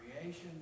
creation